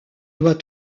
doit